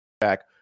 back